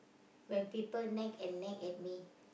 when people nag and nag at me